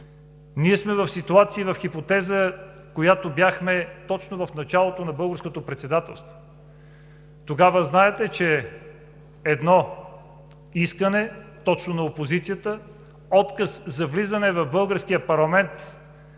Ние сме в ситуация, в хипотеза, в която бяхме точно в началото на Българското председателство. Тогава знаете, че имаше искане точно на опозицията с отказ за влизане в българския парламент